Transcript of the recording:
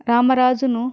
రామరాజును